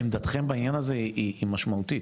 עמדתכם בעניין הזה היא משמעותית.